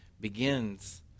begins